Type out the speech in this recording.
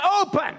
open